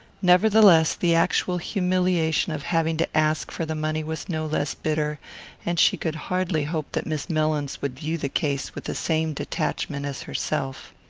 nevertheless, the actual humiliation of having to ask for the money was no less bitter and she could hardly hope that miss mellins would view the case with the same detachment as herself.